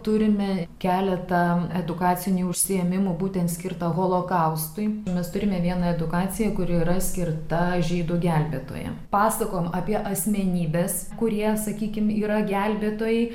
turime keletą edukacinių užsiėmimų būtent skirta holokaustui mes turime vieną edukaciją kuri yra skirta žydų gelbėtojam pasakojam apie asmenybes kurie sakykim yra gelbėtojai